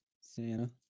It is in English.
Santa